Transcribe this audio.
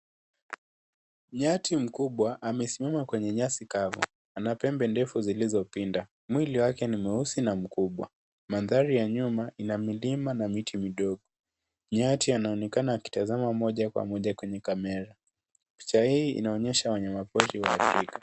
Nyati mkubwa amesimama kwenye nyasi kavu, anapembe ndefu zilizopinda. Mwili wake ni mweusi na mkubwa, mandhari ya nyuma ina milima na miti midogo. Nyati anaonekana akitazama moja kwa moja kwenye kamera. Picha hii inaonyesha wanyama porri wa afrika.